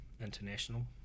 international